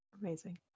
amazing